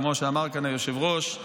כמו שאמר כאן היושב-ראש,